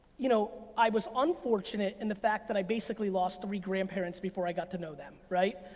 you know i was unfortunate in the fact that i basically lost three grandparents before i got to know them, right.